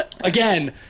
Again